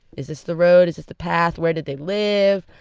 is this the road? is this the path? where did they live?